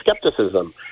skepticism